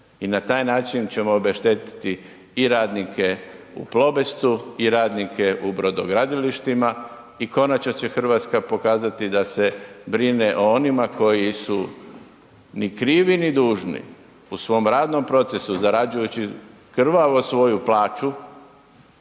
i na taj način ćemo obeštetiti i radnike u Plobestu i radnike u brodogradilištima i konačno će Hrvatska pokazati da se brine o onima koji su ni krivi ni dužni u svom radnom procesu zarađujući krvavo svoju plaću,